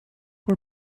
were